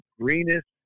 greenest